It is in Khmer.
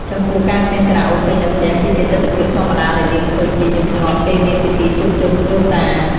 ចំពោះ ការច្រៀងខារ៉ាអូខេនៅផ្ទះ គឺជាទិដ្ឋភាពធម្មតាដែលយើងឃើញជាញឹកញាប់ ពេលមានពិធីជួបជុំគ្រួសារ។